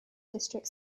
district